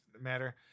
matter